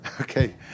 Okay